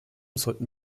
sollten